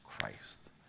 Christ